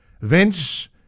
Vince